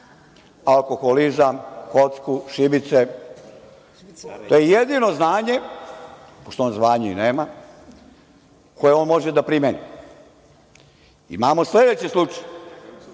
alkoholizam, kocku, šibice. To je jedino znanje, pošto on zvanje i nema, koje on može da primeni. Imamo sledeće slučajeve,